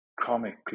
comic